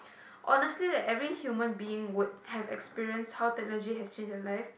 honestly like every human being would have experience how technology have change your life